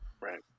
Right